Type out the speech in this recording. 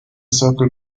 circle